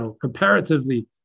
comparatively